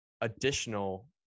additional